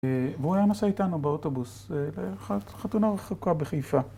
והוא היה נוסע איתנו באוטובוס לחתונה רחוקה בחיפה